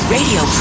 Radio